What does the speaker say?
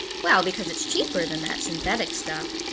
well, because it's cheaper than that synthetic stuff.